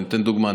אני נותן דוגמה,